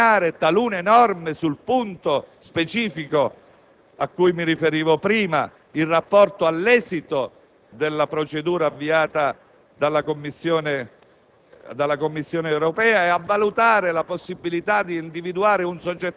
discussione finalizzata eventualmente a riesaminare talune norme sul punto specifico a cui mi riferivo prima (in rapporto all'esito della procedura avviata dalla Commissione